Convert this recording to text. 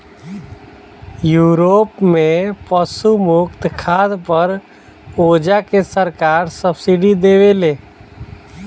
Europe में पशु मुक्त खाद पर ओजा के सरकार सब्सिडी देवेले